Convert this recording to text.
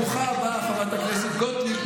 ברוכה הבאה, חברת הכנסת גוטליב.